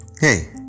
Hey